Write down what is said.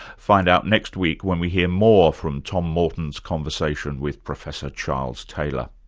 find out next week when we hear more from tom morton's conversation with professor charles taylor.